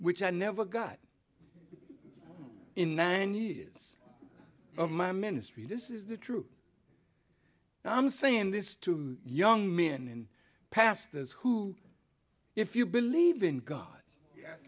which i never got in nine years of my ministry this is the true i'm saying this to young men and pastors who if you believe in god y